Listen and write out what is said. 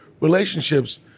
relationships